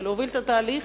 להוביל את התהליך